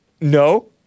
No